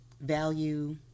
value